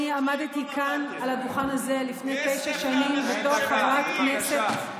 אני עמדתי כאן על הדוכן הזה לפני תשע שנים בתור חברת כנסת,